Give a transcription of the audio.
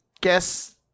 guess